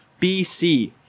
BC